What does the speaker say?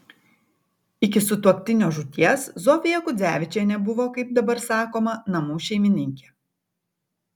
iki sutuoktinio žūties zofija kudzevičienė buvo kaip dabar sakoma namų šeimininkė